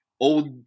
old